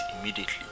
immediately